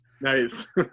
Nice